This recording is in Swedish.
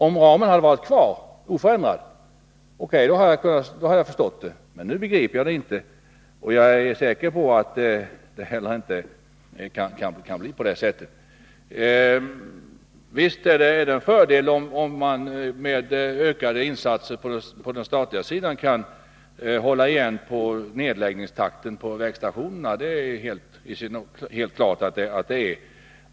Om ramen kvarstått oförändrad hade jag förstått det, men nu begriper jag det inte. Jag är säker på att det inte heller kan bli på det sättet. Visst är det en fördel om man med ökade insatser på den statliga sidan kan hålla igen nedläggningstakten när det gäller vägstationerna.